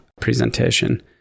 presentation